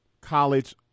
college